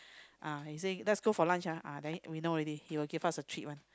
uh he say let's go for lunch ah uh then we know already he will give us a treat [one]